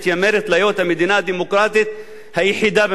המדינה הדמוקרטית היחידה במזרח התיכון.